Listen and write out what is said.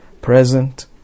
present